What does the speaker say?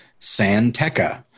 Santeca